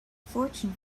fortune